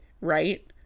right